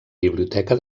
biblioteca